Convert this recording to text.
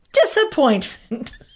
disappointment